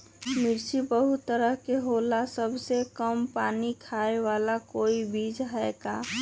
मिर्ची बहुत तरह के होला सबसे कम पानी खाए वाला कोई बीज है का?